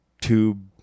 tube